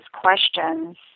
questions